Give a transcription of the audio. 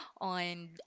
on